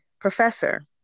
professor